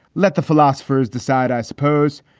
let the philosophers decide, i suppose.